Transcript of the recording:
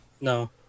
no